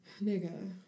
Nigga